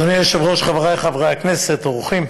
אדוני היושב-ראש, חברי חברי הכנסת, אורחים,